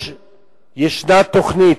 יש תוכנית,